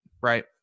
right